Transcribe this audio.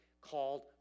called